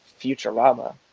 futurama